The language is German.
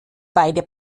beide